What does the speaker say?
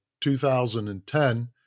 2010